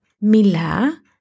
Mila